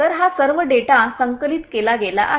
तर हा सर्व डेटा संकलित केला गेला आहे